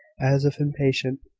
as if impatient.